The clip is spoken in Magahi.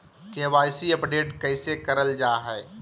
के.वाई.सी अपडेट कैसे करल जाहै?